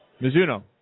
Mizuno